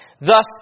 Thus